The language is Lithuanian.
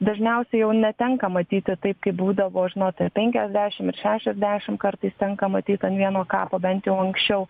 dažniausia jau netenka matyti taip kaip būdavo žinote penkiasdešim ir šešiasdešim kartais tenka matyt an vieno kapo bent jau anksčiau